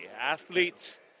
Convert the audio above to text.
Athletes